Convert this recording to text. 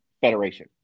Federation